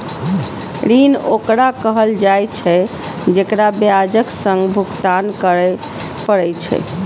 ऋण ओकरा कहल जाइ छै, जेकरा ब्याजक संग भुगतान करय पड़ै छै